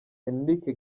enrique